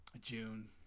June